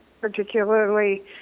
Particularly